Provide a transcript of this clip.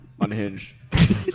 unhinged